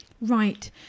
Right